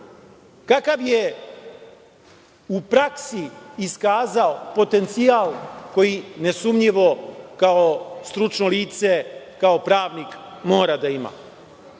kakav je u praksi iskazao potencijal koji ne sumnjivo kao stručno lice, kao pravnik mora da